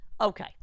Okay